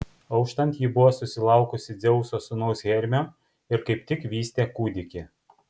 auštant ji buvo susilaukusi dzeuso sūnaus hermio ir kaip tik vystė kūdikį